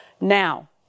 now